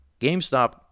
GameStop